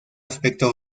aspecto